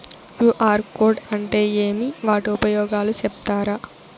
QR code అంటే ఏమి వాటి ఉపయోగాలు సెప్తారా?